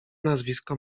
nazwisko